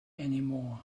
anymore